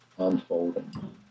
Unfolding